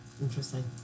Interesting